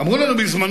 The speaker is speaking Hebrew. אמרו לנו בזמנו